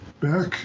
Back